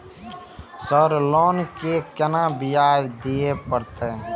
Sir loan के केना ब्याज दीये परतें?